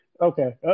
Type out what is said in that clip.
Okay